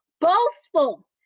boastful